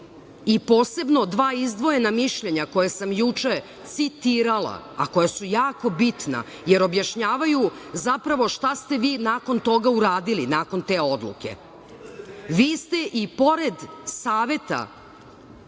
i posebno dva izdvojena mišljenja koja sam juče citirala, a koja su jako bitna, jer objašnjavaju zapravo šta ste vi nakon toga uradili, nakon te odluke. Vi ste i pored saveta